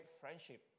friendship